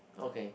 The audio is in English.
okay